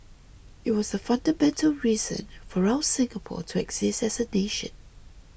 it was the fundamental reason for our Singapore to exist as a nation